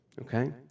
Okay